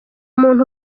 muntu